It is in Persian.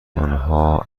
آنها